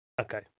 Okay